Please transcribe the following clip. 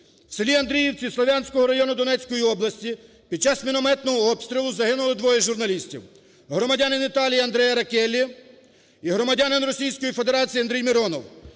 в селі Андріївці Слов'янського району Донецької області під час мінометного обстрілу загинуло двоє журналістів: громадянин Італії Андреа Роккеллі і громадянин Російської Федерації Андрій Миронов.